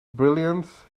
brilliance